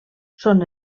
són